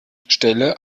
stelle